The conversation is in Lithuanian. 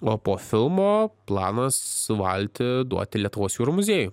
o po filmo planas valtį duoti lietuvos jūrų muziejui